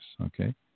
Okay